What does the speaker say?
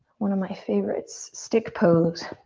one of my favorites. stick pose